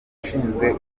ushinzwe